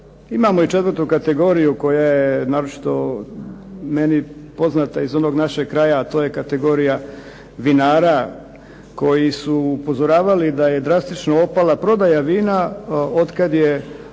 Imamo i četvrtu kategoriju koja je naročito meni poznata iz onog našeg kraja a to je kategorija vinara koji su upozoravali da je drastično opala prodaja vina od kada je